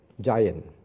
giant